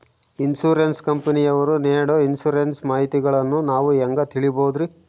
Insurance ಕಂಪನಿಯವರು ನೇಡೊ insurance ಮಾಹಿತಿಗಳನ್ನು ನಾವು ಹೆಂಗ ತಿಳಿಬಹುದ್ರಿ?